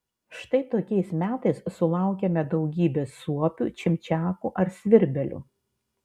štai tokiais metais sulaukiame daugybės suopių čimčiakų ar svirbelių